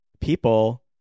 people